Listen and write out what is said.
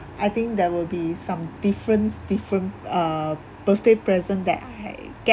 I think there will be some difference different uh birthday present that I get